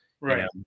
Right